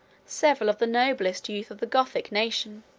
several of the noblest youths of the gothic nation.